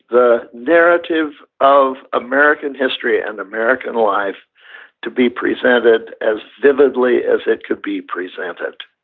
the narrative of american history and american life to be presented as vividly as it could be presented.